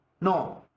No